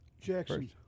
Jackson